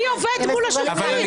מי עובד מול השופטים?